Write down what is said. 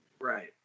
Right